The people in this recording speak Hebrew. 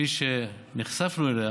כפי שנחשפנו אליה,